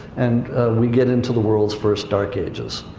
and we get into the world's first dark ages.